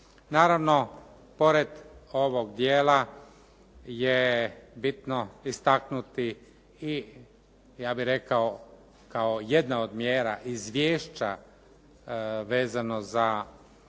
Naravno pored ovog dijela je bitno istaknuti i ja bih rekao kao jedna od mjera izvješća vezano za zaštitu